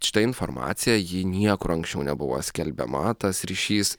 šita informacija ji niekur anksčiau nebuvo skelbiama tas ryšys